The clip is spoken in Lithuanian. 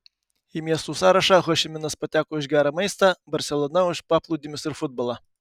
į miestų sąrašą ho ši minas pateko už gerą maistą barselona už paplūdimius ir futbolą